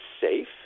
safe